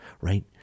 right